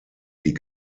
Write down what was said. die